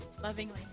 Lovingly